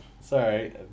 sorry